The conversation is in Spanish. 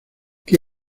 que